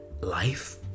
life